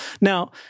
Now